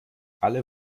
alle